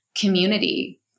community